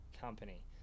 company